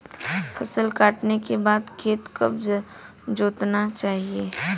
फसल काटने के बाद खेत कब जोतना चाहिये?